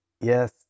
Yes